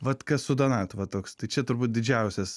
vat kas su donatu va toks tai čia turbūt didžiausias